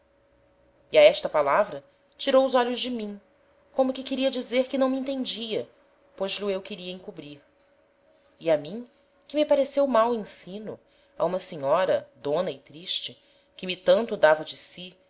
e a esta palavra tirou os olhos de mim como que queria dizer que não me entendia pois lh'o eu queria encobrir e a mim que me pareceu mau ensino a uma senhora dona e triste que me tanto dava de si